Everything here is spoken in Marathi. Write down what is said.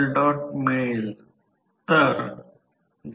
87 डिग्री मागे पडते ते म्हणजे I2 16 j 12 अँपिअर असेल